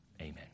amen